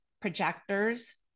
projectors